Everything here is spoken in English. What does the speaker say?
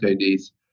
IDs